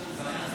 פנייה מוקדמת),